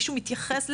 מישהו מתייחס לזה,